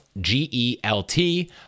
G-E-L-T